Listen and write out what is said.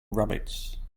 rabbits